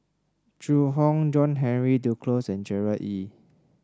Zhu Hong John Henry Duclos and Gerard Ee